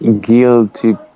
Guilty